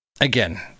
Again